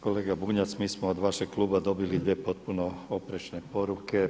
Kolega Bunjac, mi smo od vašeg kluba dobili dvije potpuno oprečne poruke.